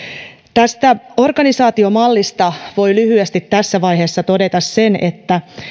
tästä organisaatiomallista voi lyhyesti tässä vaiheessa todeta sen että